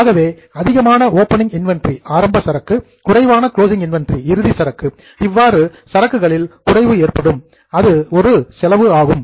ஆகவே அதிகமான opening inventory ஆரம்ப சரக்கு குறைவான கிளோசிங் இன்வெண்டரி இறுதி சரக்கு இவ்வாறு சரக்குகளில் குறைவு ஏற்படும் அது ஒரு செலவு ஆகும்